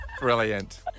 Brilliant